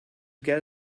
get